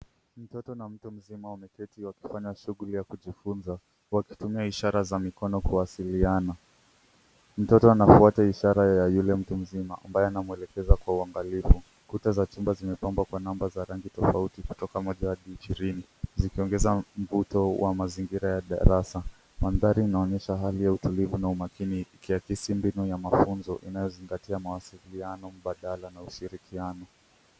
Mtoto na mtu mzima wameketi wakifanya shughuli ya kujifunza, wakitumia ishara ya mkono kuwasiliana. Mtoto anafuata ishara ya yule mtu mzima, ambaye anamwelekeza kwa uangalifu. Kuta za chumba zimepangwa kwa nambari za rangi tofauti, kutoka moja hadi ishirini, zikiongeza mvuto wa mazingira ya darasa. Mandhari inaonyesha hali ya utulivu na umakini, ikiakisi mbinu ya mafunzo inayotumia mawasiliano mbadala na ushirikiano.